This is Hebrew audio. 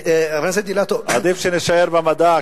עדיף שנישאר במדע,